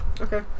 Okay